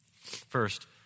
First